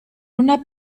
una